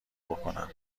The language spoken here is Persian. بکنم